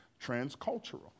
transcultural